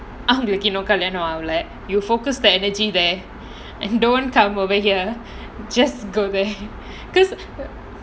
அவளுக்கு இன்னும் கல்யாணம் ஆகல:avalukku innum kalyaanam aagala I'm like you focus the energy there and don't come over here just go there because